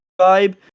vibe